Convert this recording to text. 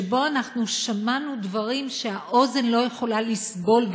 שבה אנחנו שמענו דברים שהאוזן לא יכולה לסבול,